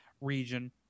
region